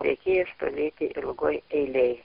reikėjo stovėti ilgoj eilėj